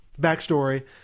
backstory